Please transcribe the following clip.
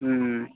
हुँ